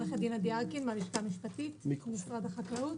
עו"ד עדי ארקין מהלשכה המשפטית במשרד החקלאות.